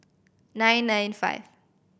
nine nine five